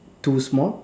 two small